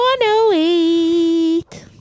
108